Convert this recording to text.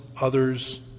others